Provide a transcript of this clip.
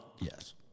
Yes